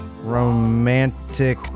romantic